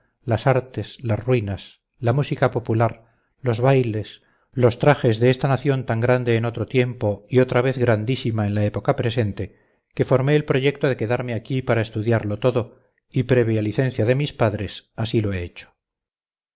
las artes las ruinas la música popular los bailes los trajes de esta nación tan grande en otro tiempo y otra vez grandísima en la época presente que formé el proyecto de quedarme aquí para estudiarlo todo y previa licencia de mis padres así lo he hecho